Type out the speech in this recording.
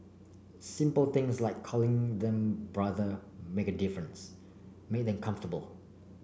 simple things like calling them brother make a difference make them comfortable